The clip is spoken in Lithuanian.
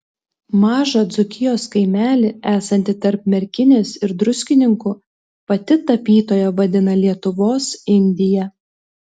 mažą dzūkijos kaimelį esantį tarp merkinės ir druskininkų pati tapytoja vadina lietuvos indija